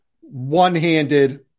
One-handed